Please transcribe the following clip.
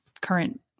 current